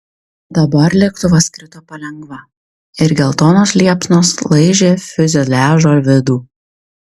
dabar lėktuvas krito palengva ir geltonos liepsnos laižė fiuzeliažo vidų